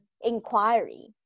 inquiry